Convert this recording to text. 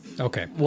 Okay